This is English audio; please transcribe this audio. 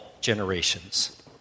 generations